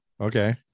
Okay